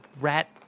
rat